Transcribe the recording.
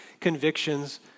convictions